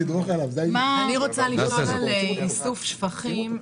אני רוצה לשאול על איסוף שפכים.